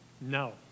No